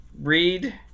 read